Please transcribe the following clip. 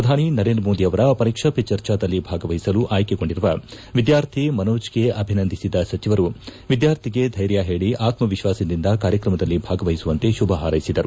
ಪ್ರಧಾನಿ ನರೇಂದ್ರ ಮೋದಿಯವರ ಪರೀಕ್ಷಾ ವೇ ಚರ್ಚಾದಲ್ಲಿ ಭಾಗವಹಿಸಲು ಅಯ್ಕೆಗೊಂಡಿರುವ ವಿದ್ಯಾರ್ಥಿ ಮನೋಜ್ಗೆ ಅಭಿನಂದಿಸಿದ ಸಚಿವರು ಎದ್ಕಾರ್ಥಿಗೆ ಧೈರ್ಯ ಹೇಳಿ ಆತ್ಮವಿಶ್ವಾಸದಿಂದ ಕಾರ್ತಕ್ರಮದಲ್ಲಿ ಭಾಗವಒಿಸುವಂತೆ ಕುಭ ಪಾರೈಸಿದರು